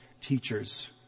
teachers